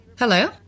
Hello